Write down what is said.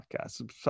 podcast